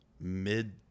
mid